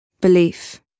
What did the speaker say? Belief